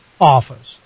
office